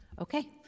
Okay